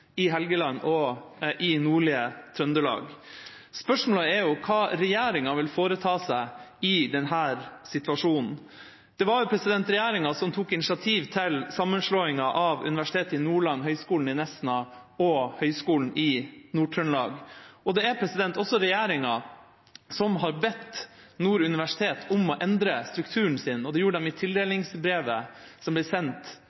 i Helgeland og i nordlige Trøndelag. Spørsmålet er hva regjeringa vil foreta seg i denne situasjonen. Det var regjeringa som tok initiativ til sammenslåingen av Universitetet i Nordland, Høgskolen i Nesna og Høgskolen i Nord-Trøndelag, og det er også regjeringa som har bedt Nord universitet om å endre strukturen sin. Det gjorde de i tildelingsbrevet som ble sendt